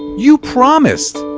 you promised!